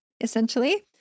essentially